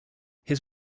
his